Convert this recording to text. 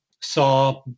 saw